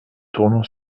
tournon